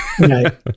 Right